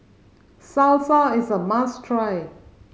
salsa is a must try